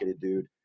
dude